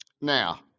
Now